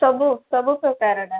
ସବୁ ସବୁ ପ୍ରକାରଟା